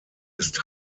ist